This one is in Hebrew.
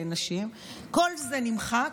כל זה נמחק,